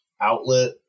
outlet